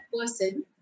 person